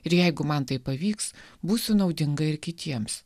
ir jeigu man tai pavyks būsiu naudinga ir kitiems